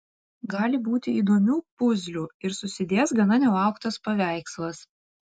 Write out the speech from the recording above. gali būti įdomių puzlių ir susidės gana nelauktas paveikslas